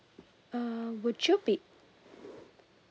um would you be